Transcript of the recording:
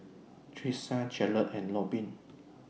Trisha Jarred and Robyn